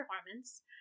Performance